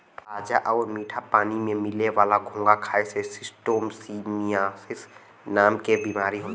ताजा आउर मीठा पानी में मिले वाला घोंघा खाए से शिस्टोसोमियासिस नाम के बीमारी होला